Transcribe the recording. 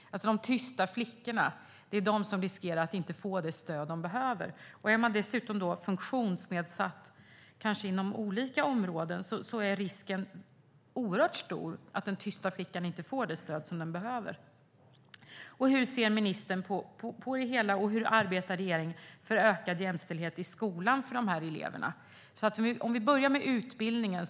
Det är de tysta flickorna som riskerar att inte få det stöd de behöver. Är den tysta flickan dessutom funktionsnedsatt, kanske inom olika områden, är risken oerhört stor att hon inte får det stöd hon behöver. Hur ser ministern på det hela? Hur arbetar regeringen för ökad jämställdhet i skolan för de här eleverna? Vi kan börja med utbildningen.